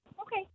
Okay